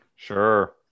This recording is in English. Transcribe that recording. sure